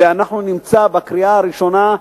ונמצא בקריאה ראשונה,